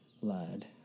lad